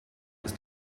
ist